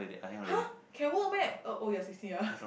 !huh! can work meh oh oh ya sixteen ya